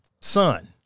son